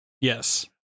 Yes